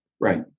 Right